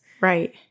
Right